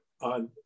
on